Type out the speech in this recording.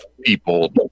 people